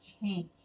change